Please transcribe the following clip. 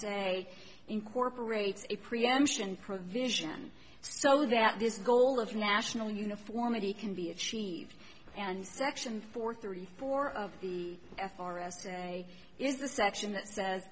say incorporates a preemption provision so that this goal of national uniformity can be achieved and section four three four of the f r s today is the section that says